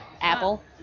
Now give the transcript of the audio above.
Apple